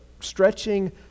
Stretching